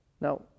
Now